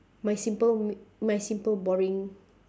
my simple m~ my simple boring